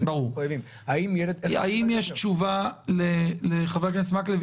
האם ילד --- האם יש תשובה לחבר הכנסת מקלב?